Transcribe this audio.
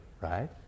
right